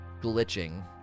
glitching